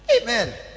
Amen